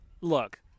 Look